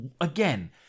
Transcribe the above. again